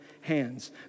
hands